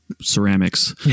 ceramics